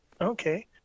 Okay